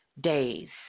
days